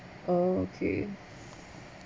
oh okay